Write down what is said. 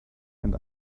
and